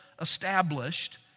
established